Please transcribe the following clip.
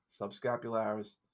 subscapularis